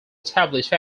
established